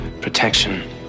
protection